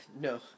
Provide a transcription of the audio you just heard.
No